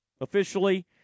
officially